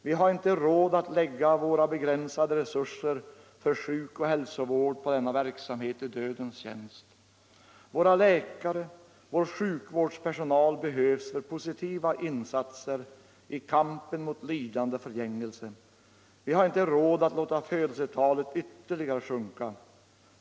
: Vi har inte råd att lägga våra begränsade resurser för sjukoch hälsovård på denna verksamhet i dödens tjänst: Våra läkare, vår sjukvårdspersonal behövs för positiva insatser i kampen mot lidande och förgängelse. Vi har inte råd att låta födelsetalet ytterligare sjunka.